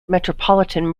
metropolitan